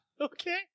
Okay